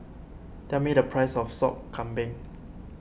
tell me the price of Sop Kambing